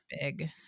big